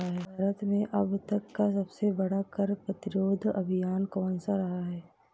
भारत में अब तक का सबसे बड़ा कर प्रतिरोध अभियान कौनसा रहा है?